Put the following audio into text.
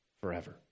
forever